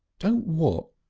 don't what?